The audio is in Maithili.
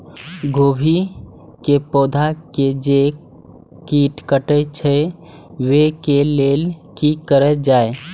गोभी के पौधा के जे कीट कटे छे वे के लेल की करल जाय?